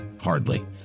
Hardly